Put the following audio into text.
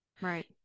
Right